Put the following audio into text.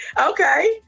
Okay